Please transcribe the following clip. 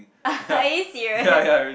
are you serious